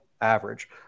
average